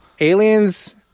Aliens